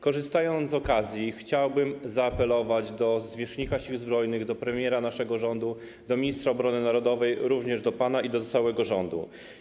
Korzystając z okazji, chciałbym zaapelować do zwierzchnika Sił Zbrojnych, do premiera naszego rządu, do ministra obrony narodowej, również do pana i do całego rządu.